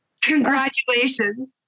congratulations